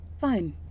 Fine